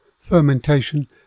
fermentation